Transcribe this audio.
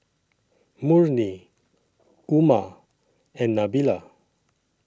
Murni Umar and Nabila